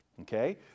Okay